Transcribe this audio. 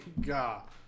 God